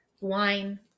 wine